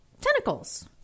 tentacles